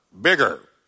bigger